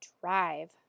drive